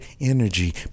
energy